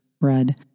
read